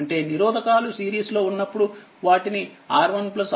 అంటే నిరోధకాలు సిరీస్ లో ఉన్నప్పుడు వాటిని R1 R2